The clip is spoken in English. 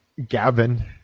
gavin